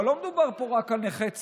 אבל לא מדובר פה רק על נכי צה"ל,